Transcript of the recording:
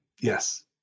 yes